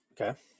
Okay